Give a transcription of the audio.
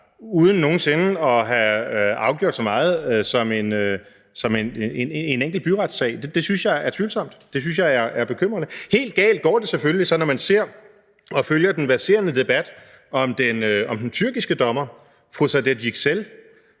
uden nogen sinde at have afgjort så meget som en enkelt byretssag? Det synes jeg er tvivlsomt, det synes jeg er bekymrende. Helt galt går det selvfølgelig så, når man ser og følger den verserende debat om den tyrkiske dommer fru Saadet Yüksel.